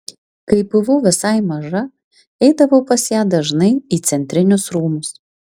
kai buvau visai maža eidavau pas ją dažnai į centrinius rūmus